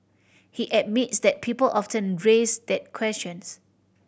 he admits that people often raise that questions